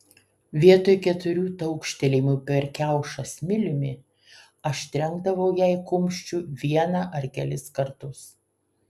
vietoj keturių taukštelėjimų per kiaušą smiliumi aš trenkdavau jai kumščiu vieną ar kelis kartus